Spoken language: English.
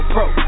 Pro